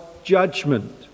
judgment